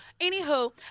Anywho